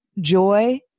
joy